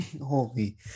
Holy